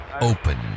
open